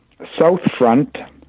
southfront